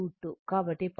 కాబట్టి 10 √ 2 14